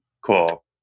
Cool